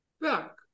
back